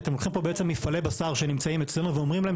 כי אתם לוקחים פה בעצם מפעלי בשר שנמצאים אצלנו ואומרים להם